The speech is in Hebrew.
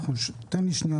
תן לי שנייה,